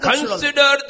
Consider